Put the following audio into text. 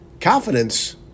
Confidence